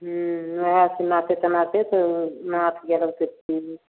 हूँ वएह से मारतै तऽ मारतै नाथ देबै तऽ ठीक हइ